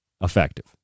effective